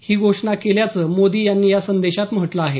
ही घोषणा केल्याचं मोदी यांनी या संदेशात म्हटलं आहे